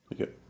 Okay